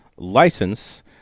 license